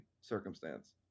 circumstance